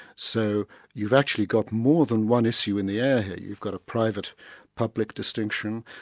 so you've actually got more than one issue in the air here, you've got a private public distinction,